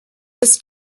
this